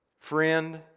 Friend